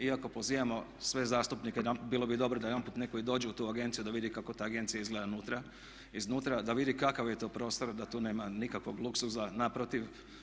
Iako pozivamo sve zastupnike, bilo bi dobro da najedanput netko i dođe u tu agenciju da vidi kako ta agencija izgleda iznutra, da vidi kakav je to prostor, da tu nema nikakvog luksuza, naprotiv.